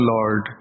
Lord